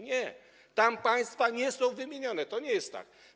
Nie, tam państwa nie są wymienione, to nie jest tak.